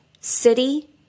city